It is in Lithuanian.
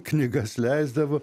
knygas leisdavo